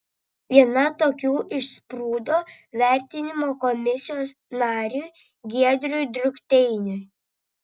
viena tokių išsprūdo vertinimo komisijos nariui giedriui drukteiniui